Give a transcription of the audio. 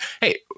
Hey